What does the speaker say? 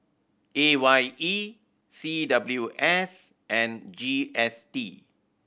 A Y E C W S and G S T